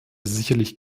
sicherlich